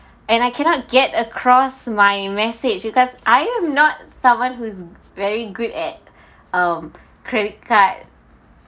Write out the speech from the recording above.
and I cannot get across my message because I am not someone who's very good at um credit card